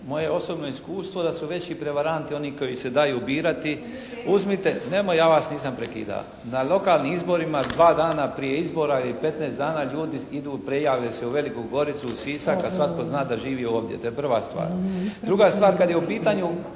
Moje osobno iskustvo je da su veći prevaranti oni koji se daju birati. Uzmite, nemoj, ja vas nisam prekida. Na lokalnim izborima 2 dana prije izbora ili 15 dana ljudi idu, prijave se u Veliku Goricu, Sisak, a svatko zna da živi ovdje. To je prva stvar. Druga stvar kad je u pitanju